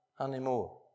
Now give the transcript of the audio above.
anymore